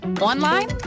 Online